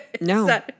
No